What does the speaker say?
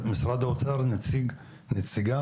נציגה